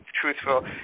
truthful